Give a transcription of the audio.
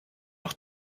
auch